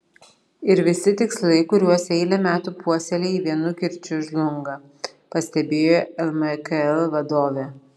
ir visi tikslai kuriuos eilę metų puoselėjai vienu kirčiu žlunga pastebėjo lmkl vadovė